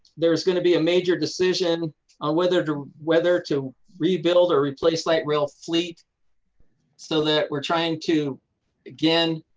there is going to be a major decision on whether to whether to rebuilt or replace light rail fleet so that we are trying to again,